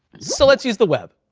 so let's use the web.